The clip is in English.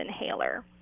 inhaler